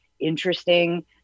interesting